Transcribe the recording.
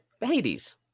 Hades